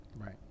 Right